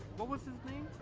what was his name?